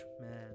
man